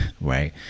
Right